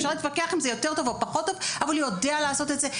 אפשר להתווכח על אם זה יותר טוב או פחות טוב אבל הוא יודע לעשות את זה,